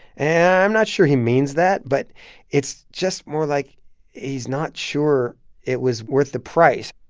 and i'm not sure he means that, but it's just more like he's not sure it was worth the price.